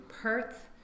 Perth